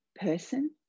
person